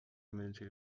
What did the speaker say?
emergency